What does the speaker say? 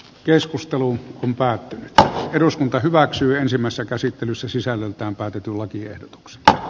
keskusteluun päätti että eduskunta hyväksyy ensimmäistä käsittelyssä sisällöltään päätetyn lakiehdotuksesta